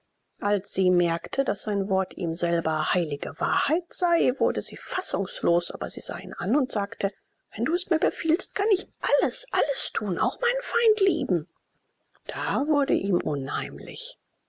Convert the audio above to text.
als sie merkte daß sein wort ihm selber heilige wahrheit sei wurde sie fassungslos aber sie sah ihn an und sagte wenn du es mir befiehlst kann ich alles alles tun auch meinen feind lieben da wurde ihm unheimlich